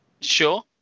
Sure